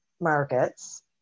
markets